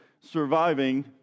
surviving